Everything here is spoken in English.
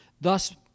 Thus